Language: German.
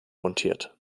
montiert